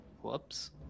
Whoops